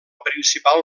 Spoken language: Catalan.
principal